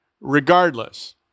regardless